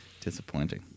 Disappointing